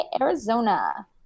Arizona